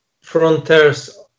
frontiers